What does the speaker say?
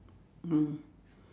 mm